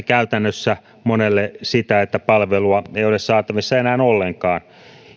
käytännössä monelle sitä että palvelua ei ole saatavissa enää ollenkaan